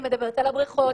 על הבריכות,